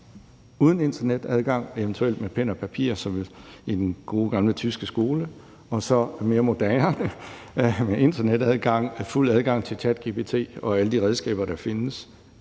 uden internetadgang, eventuelt med pen og papir som i den gode gamle tyske skole, og så en mere moderne eksamen med internetadgang, fuld adgang til ChatGPT og alle de redskaber, der findes.